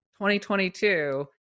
2022